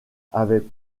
avaient